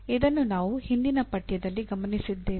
ಇದನ್ನು ನಾವು ಹಿಂದಿನ ಪಠ್ಯದಲ್ಲಿ ಗಮನಿಸಿದ್ದೇವೆ